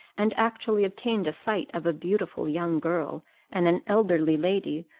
and actually obtained a sight of a beautiful young girl and an elderly lady,